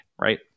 right